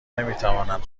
نمیتوانند